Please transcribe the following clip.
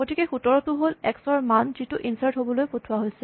গতিকে ১৭ টো হ'ল এক্স ৰ মান যিটো ইনচাৰ্ট হ'বলৈ পঠোৱা হৈছে